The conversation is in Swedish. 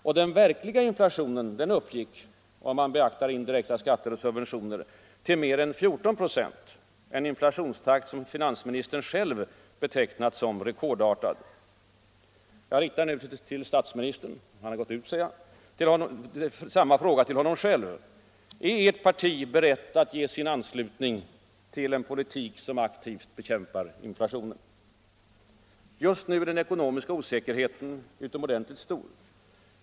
Och den verkliga inflationen uppgick - om man beaktar indirekta skatter och subventioner — till mer än 14 96, en inflationstakt som finansministern själv betecknat som ”rekordartad”. Jag riktar nu statsministerns fråga — han har gått ut ser jag — till honom själv: Är Ert parti berett att ge sin anslutning till en politik som aktivt bekämpar inflationen? Just nu är den ekonomiska osäkerheten utomordentligt stor.